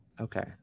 Okay